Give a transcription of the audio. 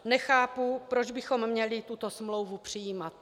Nechápu, proč bychom měli tuto smlouvu přijímat.